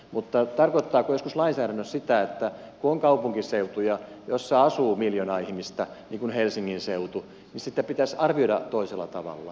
mutta tarkoittaako joskus lainsäädäntö sitä että kun on kaupunkiseutuja joilla asuu miljoona ihmistä niin kuin helsingin seutu niin sitä pitäisi arvioida toisella tavalla lainsäädäntönäkökulmasta